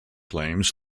claims